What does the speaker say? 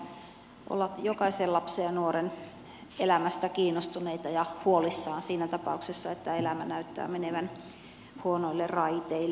päinvastoin meidän täytyy olla jokaisen lapsen ja nuoren elämästä kiinnostuneita ja huolissamme siinä tapauksessa että elämä näyttää menevän huonoille raiteille